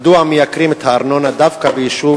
1. מדוע מייקרים את הארנונה דווקא ביישוב